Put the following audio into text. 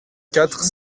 quatre